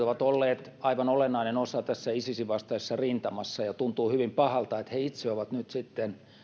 ovat olleet aivan olennainen osa tässä isisin vastaisessa rintamassa ja tuntuu hyvin pahalta että he itse ovat nyt sitten